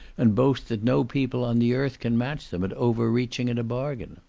and boast that no people on the earth can match them at over reaching in a bargain.